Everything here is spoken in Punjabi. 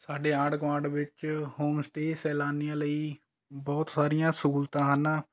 ਸਾਡੇ ਆਂਢ ਗੁਆਂਢ ਵਿੱਚ ਹੋਮਸਟੇ ਸੈਲਾਨੀਆਂ ਲਈ ਬਹੁਤ ਸਾਰੀਆਂ ਸਹੂਲਤਾਂ ਹਨ